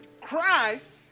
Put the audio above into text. Christ